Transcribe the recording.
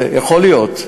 יכול להיות,